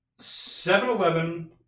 7-Eleven